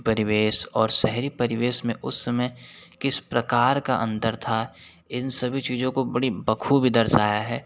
परिवेश और शहरी परिवेश में उस समय किस प्रकार का अंतर था इन सभी चीज़ों को बड़ी बखूबी दर्शाया है